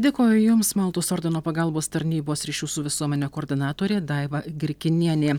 dėkoju jums maltos ordino pagalbos tarnybos ryšių su visuomene koordinatorė daiva grikinienė